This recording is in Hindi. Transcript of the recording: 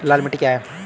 लाल मिट्टी क्या है?